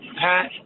Pat